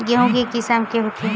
गेहूं के किसम के होथे?